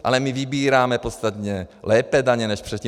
Ale my vybíráme podstatně lépe daně než předtím.